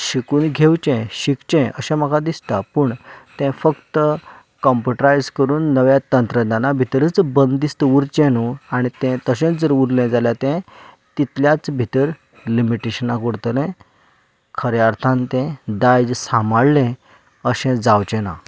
शिकून घेवचें शिकचें अशें म्हाका दिसता पूण तें फक्त कंम्प्युटरायज करून नव्या तंत्रज्ञाना भितरच बंदिस्त उरचें न्हय आनी तें तशेंच जर उरलें जाल्यार तें तितल्याच भितर लिमीटेशनाक उरतलें खऱ्या अर्थान तें दायज सांबाळें अशें जावचें ना